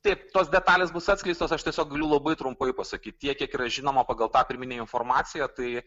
taip tos detalės bus atskleistos aš tiesiog galiu labai trumpai pasakyt tiek kiek yra žinoma pagal tą pirminę informaciją tai